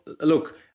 look